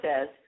says